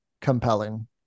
compelling